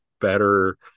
better